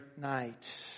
night